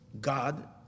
God